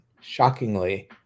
shockingly